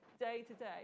day-to-day